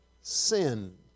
sin